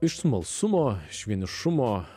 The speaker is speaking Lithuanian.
iš smalsumo iš vienišumo